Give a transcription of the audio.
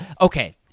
okay